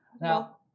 Now